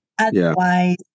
Otherwise